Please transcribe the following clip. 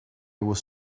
was